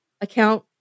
account